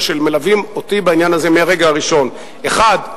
שמלווים אותי בעניין הזה מהרגע הראשון: האחד,